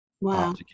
wow